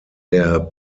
der